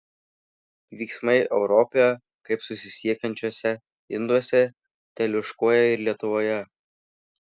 vyksmai europoje kaip susisiekiančiuose induose teliūškuoja ir lietuvoje